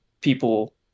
people